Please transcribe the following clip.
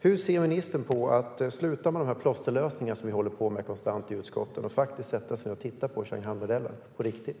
Hur ser ministern på att sluta med plåsterlösningarna som vi konstant håller på med i utskotten och faktiskt sätta sig ned och titta på Shanghaimodellen - på riktigt?